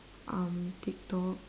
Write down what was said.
um tiktok